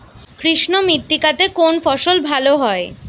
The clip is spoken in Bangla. কৃষ্ণ মৃত্তিকা তে কোন ফসল ভালো হয়?